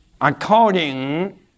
according